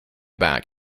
back